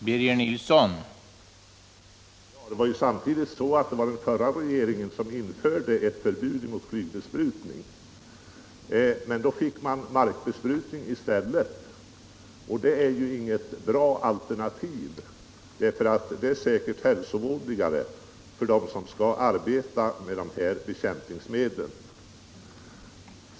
Herr talman! Det var den förra regeringen som först införde förbud mot flygbesprutning, men då fick man markbesprutning i stället, och det är inget bra alternativ, därför att den metoden säkert är hälsovådligare för dem som skall arbeta med bekämpningsmedlen.